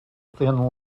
thin